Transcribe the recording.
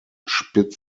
spitz